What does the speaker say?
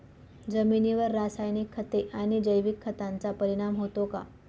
जमिनीवर रासायनिक खते आणि जैविक खतांचा परिणाम होतो का?